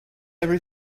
every